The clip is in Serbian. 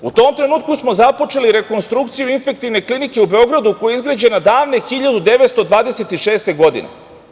U tom trenutku smo započeli rekonstrukciju Infektivne klinike u Beogradu, koja je izgrađena davne 1926. godine.